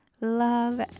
love